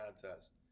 Contest